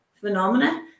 phenomena